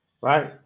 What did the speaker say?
right